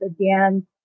again